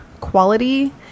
quality